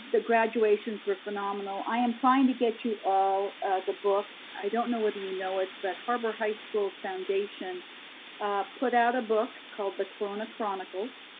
graduations were phenomenal. i am trying to get you all the book. i don't know whether you know it, but harbor high school's foundation put out a book called, the corona chronicles.